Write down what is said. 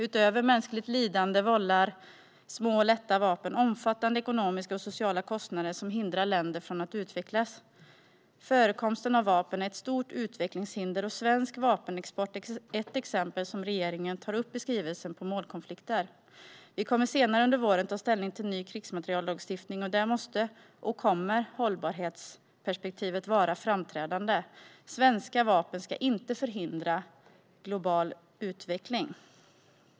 Utöver mänskligt lidande vållar små och lätta vapen omfattande ekonomiska och sociala kostnader som hindrar länder från att utvecklas. Förekomsten av vapen är ett stort utvecklingshinder, och svensk vapenexport är ett exempel på målkonflikter som regeringen tar upp i skrivelsen. Vi kommer senare under våren att ta ställning till en ny krigsmateriellagstiftning. Där måste hållbarhetsperspektivet vara framträdande, vilket det också kommer att vara. Svenska vapen ska inte förhindra global utveckling.